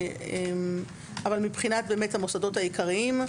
מבחינת המוסדות העיקריים,